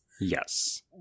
yes